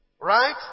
Right